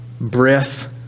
breath